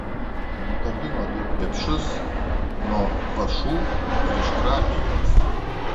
nukabino du krepšius nuo vąšų ir iškratė juos